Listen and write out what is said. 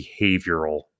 behavioral